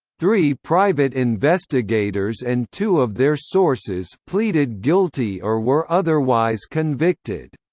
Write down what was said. three private investigators and two of their sources pleaded guilty or were otherwise convicted.